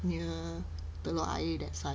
near telok ayer that side